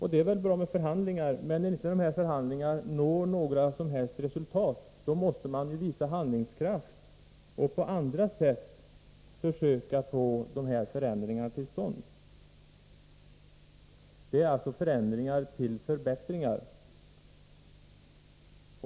Det är nog bra med förhandlingar, men när de inte leder till några som helst resultat måste man visa handlingskraft och på andra sätt försöka få förändringar till stånd — förändringar som leder till förbättringar.